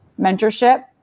mentorship